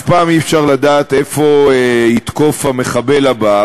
פעם אי-אפשר לדעת איפה יתקוף המחבל הבא,